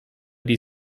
die